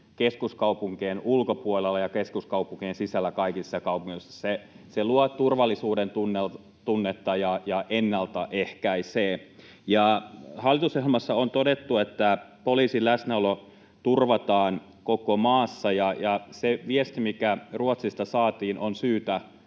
keskuskaupunkien ulkopuolella ja keskuskaupunkien sisällä kaikissa kaupunginosissa. Se luo turvallisuudentunnetta ja ennaltaehkäisee. Hallitusohjelmassa on todettu, että poliisin läsnäolo turvataan koko maassa. Se viesti, mikä Ruotsista saatiin, on syytä